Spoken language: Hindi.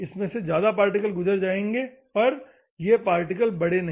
इसमें से ज्यादा पार्टिकल्स गुजर पाएंगे पर बड़े पार्टिकल्स नहीं